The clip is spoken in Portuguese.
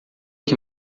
que